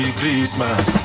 Christmas